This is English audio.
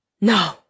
No